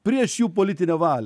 prieš jų politinę valią